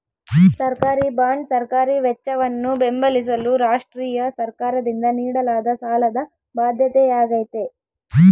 ಸರ್ಕಾರಿಬಾಂಡ್ ಸರ್ಕಾರಿ ವೆಚ್ಚವನ್ನು ಬೆಂಬಲಿಸಲು ರಾಷ್ಟ್ರೀಯ ಸರ್ಕಾರದಿಂದ ನೀಡಲಾದ ಸಾಲದ ಬಾಧ್ಯತೆಯಾಗೈತೆ